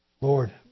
Lord